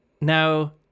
Now